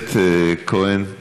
הכנסת כהן.